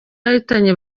yahitanye